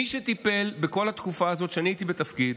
מי שטיפלו בכל התקופה הזאת שאני הייתי בתפקיד